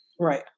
Right